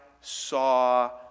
saw